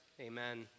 Amen